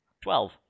Twelve